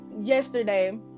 yesterday